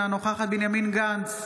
אינה נוכחת בנימין גנץ,